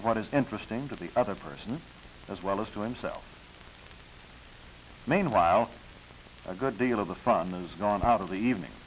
of what is interesting to the other person as well as to him self meanwhile a good deal of the fun is gone out of the evening